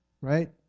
right